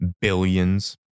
billions